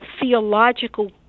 theological